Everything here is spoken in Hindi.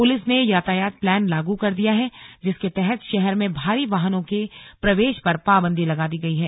पुलिस ने यातायात प्लान लागू कर दिया है जिसके तहत शहर में भारी वाहनों के प्रवेश पर पाबंदी लगा दी गई है